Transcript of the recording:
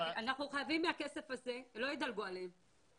לא ידלגו עליהם,